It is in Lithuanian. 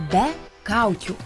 be kaukių